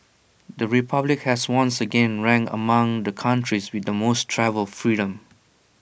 the republic has once again ranked among the countries with the most travel freedom